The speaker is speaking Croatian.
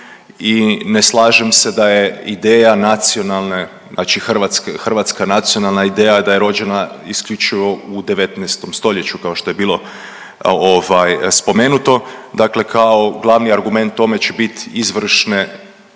i ne slažem se da je ideja nacionalne, znače hrvatske, Hrvatska nacionalna ideja da je rođena isključivo u 19. stoljeću kao što je bilo ovaj, spomenuto. Dakle kao glavni argument tome će bit izvršne,